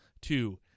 two